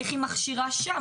איך היא מכשירה שם?